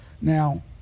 Now